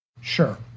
Sure